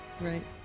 Right